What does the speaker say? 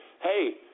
Hey